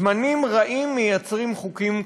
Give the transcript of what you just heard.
שזמנים רעים מייצרים חוקים קשים,